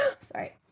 sorry